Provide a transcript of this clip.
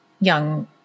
young